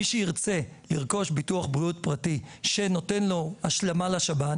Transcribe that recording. מי שירצה לרכוש ביטוח בריאות פרטי שנוצתן לו השלמה לשב"ן,